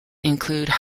included